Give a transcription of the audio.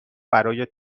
برای